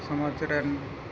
ᱥᱚᱢᱟᱡᱽᱨᱮᱱ